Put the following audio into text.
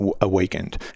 awakened